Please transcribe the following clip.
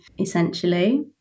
essentially